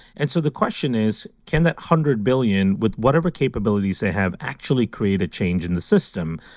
and so the question is, can that hundred billion, with whatever capabilities they have, actually create a change in the system?